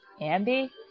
Andy